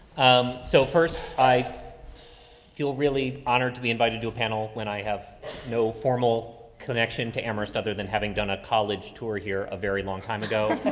um, so first i feel really honored to be invited to a panel when i have no formal connection to amherst other than having done a college tour here a very long time ago.